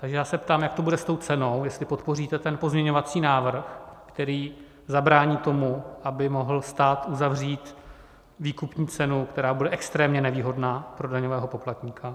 Takže se ptám, jak to bude s tou cenou, jestli podpoříte pozměňovací návrh, který zabrání tomu, aby mohl stát uzavřít výkupní cenu, která bude extrémně nevýhodná pro daňového poplatníka.